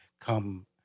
come